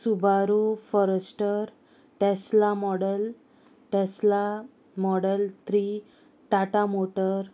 Subaru forester Tesla model Tesla model three Tata motor